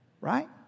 Right